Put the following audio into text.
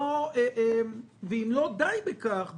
ואם לא די בכך,